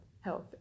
health